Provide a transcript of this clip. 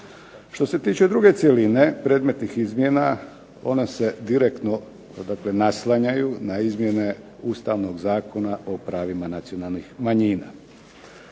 Što se tiče druge cjeline predmetnih izmjena ona se direktno naslanjanju na izmjene Ustavnog zakona o pravima nacionalnih manjina.